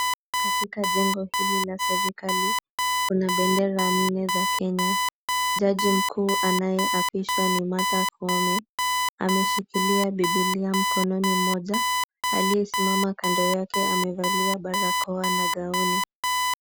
Katika jengo hili la serikali, kuna bendera nne za kenya. Jaji mkuu anayeapishwa ni Martha Koome, ameshikilia bibilia mkononi mmoja. Aliyesimama kando yake amevalia barakoa na gauni.